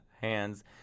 hands